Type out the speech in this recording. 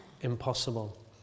impossible